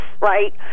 Right